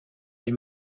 les